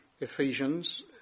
Ephesians